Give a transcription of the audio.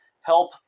help